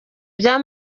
bya